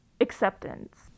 acceptance